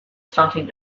starting